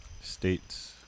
States